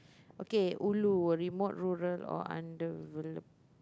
okay ulu a remote rural or under rural